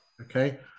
Okay